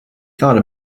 thought